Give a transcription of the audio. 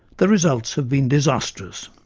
the results have been disastrous.